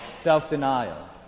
self-denial